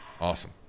Awesome